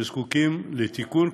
שזקוקים לתיקון,